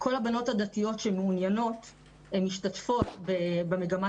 שכל הבנות הדתיות שמעוניינות משתתפות במגמת